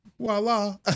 Voila